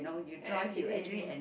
actually it is